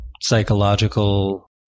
psychological